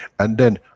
and then,